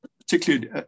particularly